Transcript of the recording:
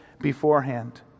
beforehand